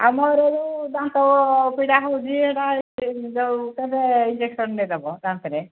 ଆମର ଦାନ୍ତ ପିଡ଼ା ହେଉଛି ଏଟା ଯୋଉ କେବେ ଇଞ୍ଜେକ୍ସନରେ ଦେବ ଦାନ୍ତରେ